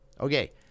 Okay